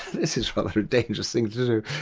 this is rather a dangerous thing to do!